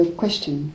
question